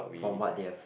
from what they have